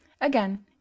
again